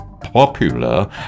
popular